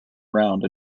round